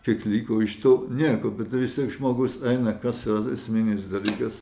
kiek liko iš to nieko bet vis tiek žmogus eina kas yra esminis dalykas